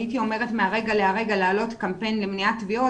הייתי אומרת מהרגע להרגע להעלות קמפיין למניעת טביעות,